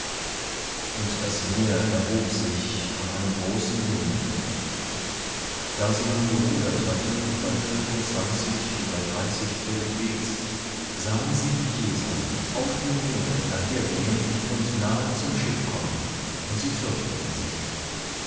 und das meer erhob sich von einem großen winde da sie nun gerudert hatten bei fünfundzwanzig oder dreißig feld wegs sahen sie jesum auf dem meere dahergehen und nahe zum schiff kommen und sie fürchteten sich